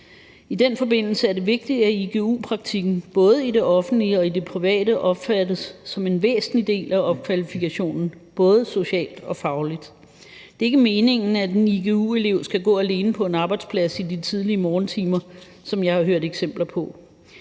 I den forbindelse er det vigtigt, at igu-praktikken både i det offentlige og i det private opfattes som en væsentlig del af opkvalifikationen både socialt og fagligt. Det er ikke meningen, at en igu-elev skal gå alene på en arbejdsplads i de tidlige morgentimer, som jeg har hørt eksempler på.